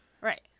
Right